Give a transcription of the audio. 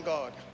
God